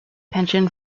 pension